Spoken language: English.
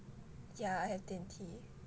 ya I have 电梯